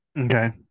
Okay